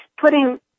putting